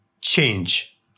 change